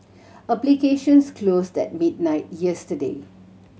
applications closed at midnight yesterday